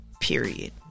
period